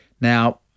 Now